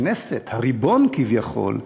הכנסת, הריבון כביכול,